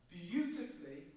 beautifully